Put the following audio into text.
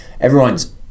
everyone's